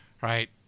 right